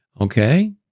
Okay